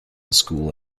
school